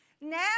now